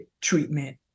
treatment